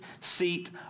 seat